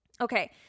Okay